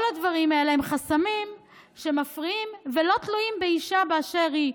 כל הדברים האלה הם חסמים שמפריעים ולא תלויים באישה באשר היא.